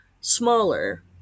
smaller